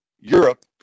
Europe